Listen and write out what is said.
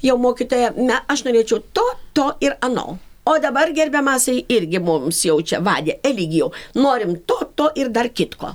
jau mokytoja na aš norėčiau to to ir ano o dabar gerbiamasai irgi mums jau čia vade eligijau norim to to ir dar kitko